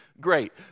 great